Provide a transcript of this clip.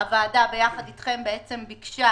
הוועדה ביחד איתכם ביקשה